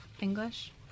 English